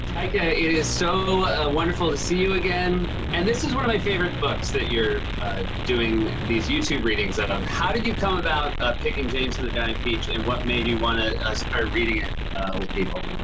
taika, it is so ah wonderful to see you again. and this is one of my favorite books that you're doing these youtube readings of. how did you come about picking james and the giant peach and what made you want to start reading it with people?